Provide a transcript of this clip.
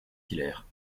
hilaire